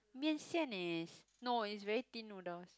面线 is no it's very thin noodles